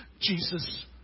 Jesus